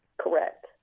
Correct